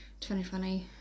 2020